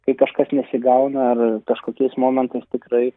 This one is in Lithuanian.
kai kažkas nesigauna ar kažkokiais momentais tikrai